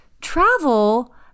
travel